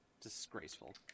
Disgraceful